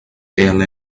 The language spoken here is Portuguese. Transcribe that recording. ela